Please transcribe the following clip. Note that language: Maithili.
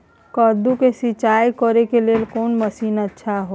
कद्दू के सिंचाई करे के लेल कोन मसीन अच्छा होय है?